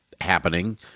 happening